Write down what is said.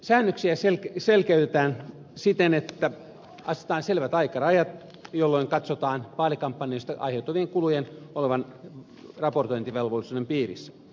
säännöksiä selkeytetään siten että asetetaan selvät aikarajat jolloin katsotaan vaalikampanjasta aiheutuvien kulujen olevan raportointivelvollisuuden piirissä